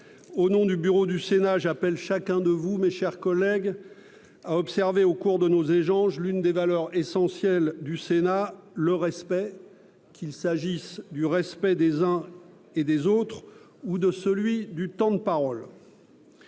au nom du bureau du Sénat, j'appelle chacun de vous, mes chers collègues ah observé au cours de nos échanges, l'une des valeurs essentielles du Sénat le respect qu'il s'agisse du respect des uns et des autres ou de celui du temps de parole.